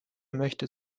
möchte